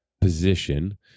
position